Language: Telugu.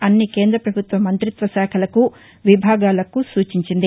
అన్ని కేంద్ర ప్రభుత్వ మంత్రిత్వ శాఖలకు విభాగాలకు సూచించింది